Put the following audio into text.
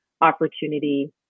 opportunity